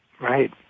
Right